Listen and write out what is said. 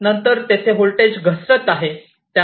नंतर तेथे व्होल्टेज घसरत आहे